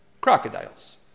crocodiles